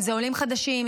אם זה עולים חדשים,